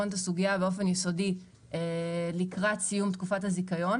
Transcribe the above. את הסוגיה באופן יסודי לקראת סיום תקופת הזיכיון,